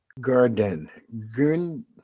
Garden